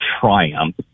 triumph